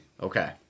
Okay